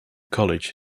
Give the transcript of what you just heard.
college